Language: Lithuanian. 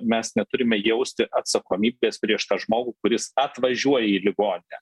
mes neturime jausti atsakomybės prieš tą žmogų kuris atvažiuoja į ligoninę